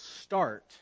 start